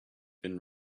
been